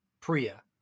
Priya